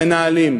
למנהלים,